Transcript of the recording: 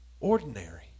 ordinary